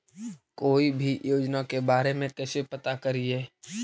कोई भी योजना के बारे में कैसे पता करिए?